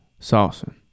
saucing